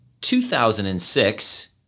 2006